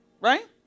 Right